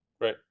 Right